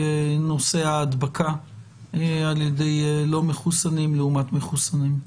נושא ההדבקה על ידי לא מחוסנים לעומת מחוסנים.